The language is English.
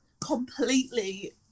completely